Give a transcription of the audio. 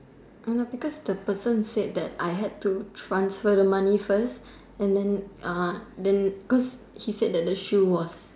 Ah because the person said that I had to transfer the money first and then Uh then cause he said the shoe was